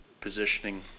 positioning